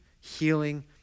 healing